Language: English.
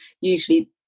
usually